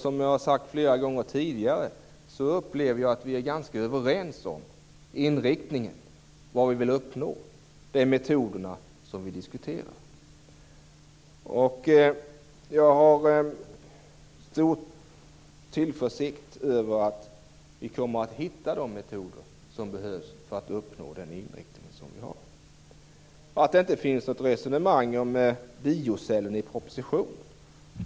Som jag har sagt flera gånger tidigare upplever jag att vi är ganska överens om inriktningen och vad vi vill uppnå med de metoder som vi diskuterar. Jag känner stor tillförsikt när det gäller att vi kommer att hitta de metoder som behövs för att uppnå vår inriktning. Att det inte finns något resonemang om biocellen i propositionen